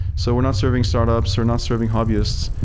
so we're not serving startups. we're not serving hobbyist.